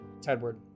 Tedward